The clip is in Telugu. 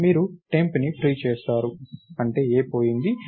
మీరు టెంప్ ని ఫ్రీ చేస్తారు అంటే A పోయింది